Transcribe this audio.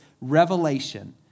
revelation